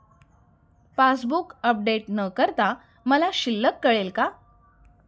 Passbook update न करता मला शिल्लक कळेल का?